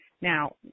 Now